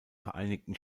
vereinigten